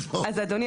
אדוני,